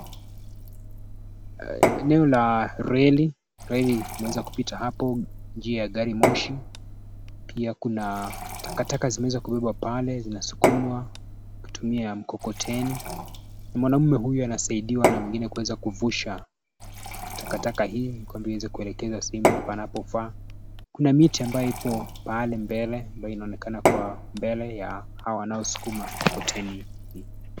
Eneo la reli treni imeweza kupita hapo njia ya gari moshi pia kuna takataka zimeweza kubebwa pale zinasukumwa kutumia mkokoteni na mwanaume huyu anasaidiwa na wengine kuweza kuvusha takataka hizi ili aweze kuelekeza sehemu panapofaa, kuna miti ipo pale mbele ambayo inaonekana kwa mbele ya hao wanao sukuma mkokoteni.